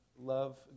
love